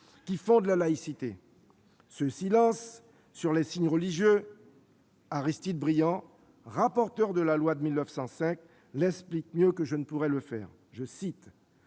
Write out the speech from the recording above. qui fondent la laïcité. Ce silence sur les signes religieux, Aristide Briand, rapporteur de la loi de 1905, l'explique mieux que je ne pourrais le faire :« Le